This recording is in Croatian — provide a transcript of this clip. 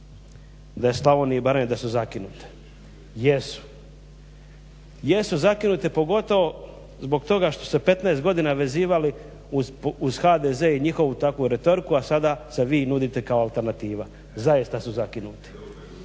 da je Slavonija i Baranji da su zakinute, jesu, jesu zakinute pogotovo zbog toga što se 15 godina vezivali uz HDZ i njihovu takvu retoriku, a sada se vi nudite kako alternativa, zaista su zakinuti.